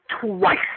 twice